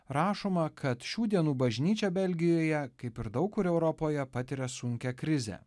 rašoma kad šių dienų bažnyčia belgijoje kaip ir daug kur europoje patiria sunkią krizę